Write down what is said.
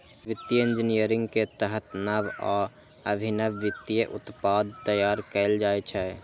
वित्तीय इंजीनियरिंग के तहत नव आ अभिनव वित्तीय उत्पाद तैयार कैल जाइ छै